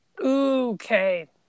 Okay